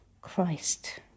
Christ